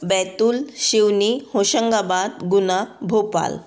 Betul Seoni Hoshangabad Guna Bhopal